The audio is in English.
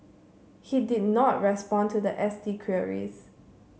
he did not respond to the S T queries